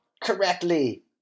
correctly